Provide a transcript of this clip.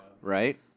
Right